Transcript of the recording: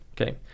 Okay